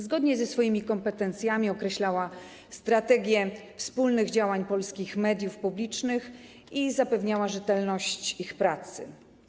Zgodnie ze swoimi kompetencjami określała ona strategię wspólnych działań polskich mediów publicznych i zapewniała rzetelność ich pracy.